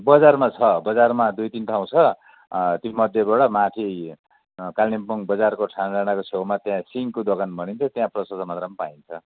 बजारमा छ बजारमा दुई तिन ठाउँ छ ती मध्येबाट माथि कालिम्पोङ बजारको थाना डाँडाको छेउमा सिङको दोकान भनिन्छ त्यहाँ प्रशस्त मात्रामा पाइन्छ